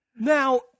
Now